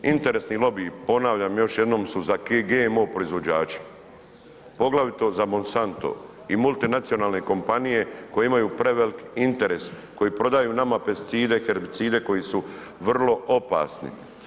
Interesni lobiji su, ponavljam još jednom su za GMO proizvođače poglavito za Monsanto i multinacionalne kompanije koje imaju prevelik interes koji prodaju nama pesticide, herbicide koji su vrlo opasni.